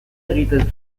egiten